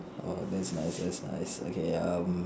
oh thats nice thats nice okay ya um